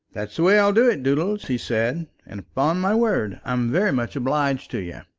that's the way i'll do it, doodles, he said, and upon my word i'm very much obliged to you.